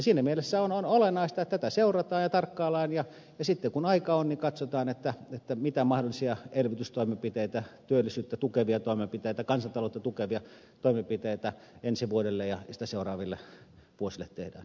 siinä mielessä on olennaista että tätä seurataan ja tarkkaillaan ja sitten kun aika on niin katsotaan mitä mahdollisia elvytystoimenpiteitä työllisyyttä tukevia toimenpiteitä kansantaloutta tukevia toimenpiteitä ensi vuodelle ja sitä seuraaville vuosille tehdään